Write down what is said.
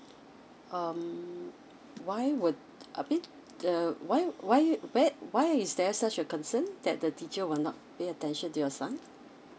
um why would a bit uh why why where why is there such a concern that the teacher will not pay attention to your son